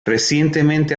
recientemente